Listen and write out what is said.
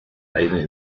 eine